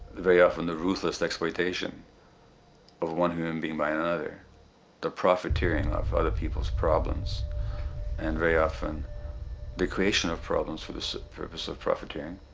very often, the ruthless exploitation of one human being by another the profiteering off of other people's problems and very often the creation of problems for the so purpose of profiteering